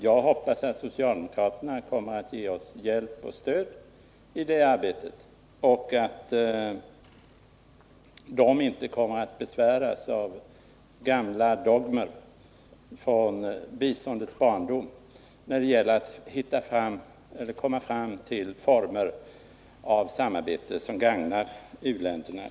Jag hoppas att socialdemokraterna kommer att ge oss hjälp och stöd i det arbetet och att de inte kommer att besväras av gamla dogmer från biståndets barndom när det gäller att komma fram till former av samarbete som gagnar u-länderna.